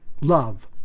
love